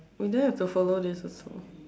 we don't have to follow this also